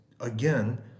Again